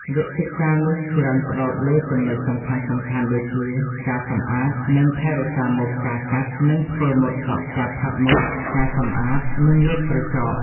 វគ្គសិក្សានេះច្រើនផ្តោតលើចំណុចសំខាន់ៗដូចជា ការសម្អាត និងថែរក្សាមុខ ការកាត់ និងធ្វើម៉ូដសក់ ការផាត់មុខ ការសម្អាត និងលាបក្រចក។